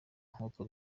nkuko